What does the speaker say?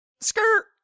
Skirt